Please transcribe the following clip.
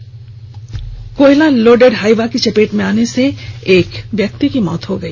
जहां कोयला loaded Hyva की चपेट में आने से एक व्यक्ति की मौत हो गई